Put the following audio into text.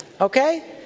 okay